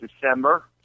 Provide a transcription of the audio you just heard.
December